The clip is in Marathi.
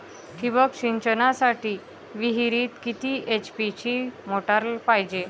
ठिबक सिंचनासाठी विहिरीत किती एच.पी ची मोटार पायजे?